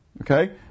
Okay